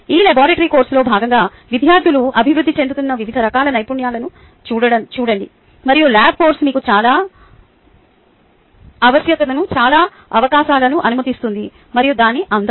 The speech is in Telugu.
ఈ లాబరేటరీ కోర్సులో భాగంగా విద్యార్థులలో అభివృద్ధి చెందుతున్న వివిధ రకాల నైపుణ్యాలను చూడండి మరియు ల్యాబ్ కోర్సు మీకు చాలా వశ్యతను చాలా అవకాశాలను అనుమతిస్తుంది మరియు దాని అందం